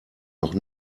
noch